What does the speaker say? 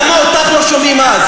לא, זה לא בסדר, למה אותך לא שומעים אז?